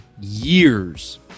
years